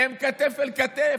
הם כתף אל כתף.